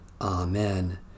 Amen